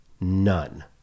None